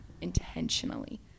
intentionally